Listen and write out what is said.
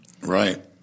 Right